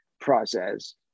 process